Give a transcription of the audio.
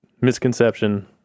Misconception